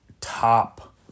top